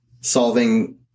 solving